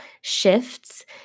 shifts